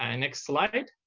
and next slide.